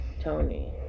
Tony